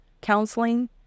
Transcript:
counseling